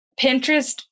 Pinterest